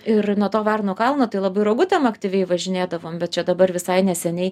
ir nuo to varnų kalno tai labai rogutėm aktyviai važinėdavom bet čia dabar visai neseniai